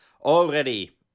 already